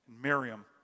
Miriam